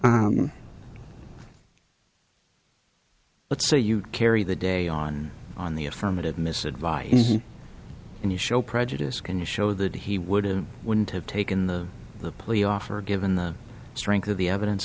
r let's say you carry the day on on the affirmative miss advice and you show prejudice can show that he would have wouldn't have taken the plea offer given the strength of the evidence